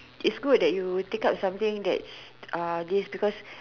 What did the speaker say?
it's good that you take up something that's uh this because